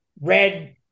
red